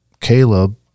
Caleb